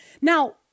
now